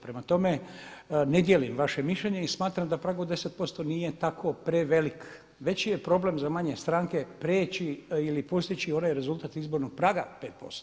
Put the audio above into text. Prema tome, ne dijelim vaše mišljenje i smatram da prag od 10% nije tako prevelik, veći je problem za manje stranke priječi ili postići onaj rezultat izbornog praga 5%